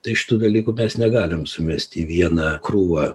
tai šitų dalykų mes negalim sumest į vieną krūvą